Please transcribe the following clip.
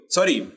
Sorry